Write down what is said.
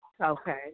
Okay